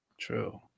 True